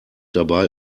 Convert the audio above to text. dabei